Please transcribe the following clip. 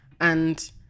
And-